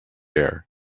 air